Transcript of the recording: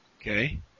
Okay